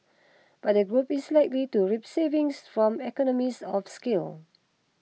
but the group is likely to reap savings from economies of scale